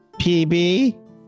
PB